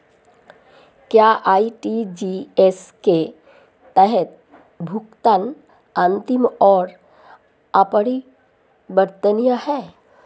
क्या आर.टी.जी.एस के तहत भुगतान अंतिम और अपरिवर्तनीय है?